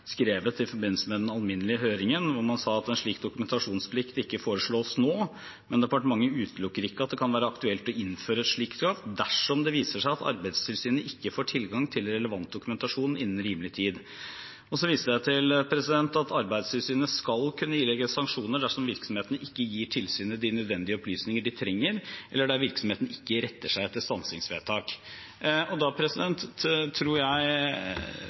skrevet i forbindelse med den alminnelige høringen, sier man at en slik dokumentasjonsplikt ikke foreslås nå, men departementet utelukker ikke at det kan være aktuelt å innføre et slikt krav dersom det viser seg at Arbeidstilsynet ikke får tilgang til relevant dokumentasjon innen rimelig tid. Og så viste jeg til at Arbeidstilsynet skal kunne ilegge sanksjoner dersom virksomhetene ikke gir tilsynet de nødvendige opplysninger de trenger, eller der virksomheten ikke retter seg etter stansingsvedtak. Da tror jeg rett og slett vi er tilbake til den avveiningen som jeg